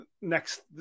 Next